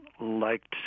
liked